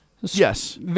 Yes